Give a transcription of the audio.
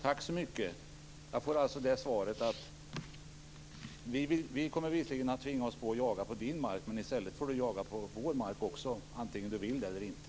Tack så mycket! Jag får alltså svaret: Vi kommer visserligen att tvinga oss på, och jaga på din mark, men i stället får du jaga på vår mark också antingen du vill eller inte.